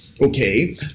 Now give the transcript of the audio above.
okay